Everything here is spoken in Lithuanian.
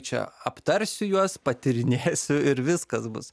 čia aptarsiu juos patyrinėsiu ir viskas bus